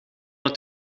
het